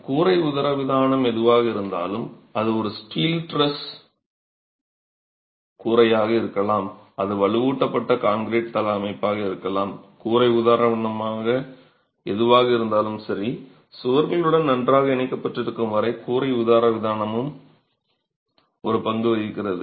கூரை உதரவிதானம் எதுவாக இருந்தாலும் அது ஒரு ஸ்டீல் டிரஸ் கூரையாக இருக்கலாம் அது வலுவூட்டப்பட்ட கான்கிரீட் தள அமைப்பாக இருக்கலாம் கூரை உதரவிதானமாக எதுவாக இருந்தாலும் சரி சுவர்களுடன் நன்றாக இணைக்கப்பட்டிருக்கும் வரை கூரை உதரவிதானமும் ஒரு பங்கு வகிக்கிறது